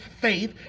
faith